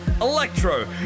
electro